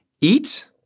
eat